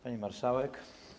Pani Marszałek!